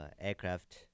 aircraft